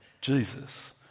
Jesus